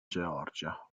georgia